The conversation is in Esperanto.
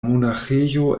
monaĥejo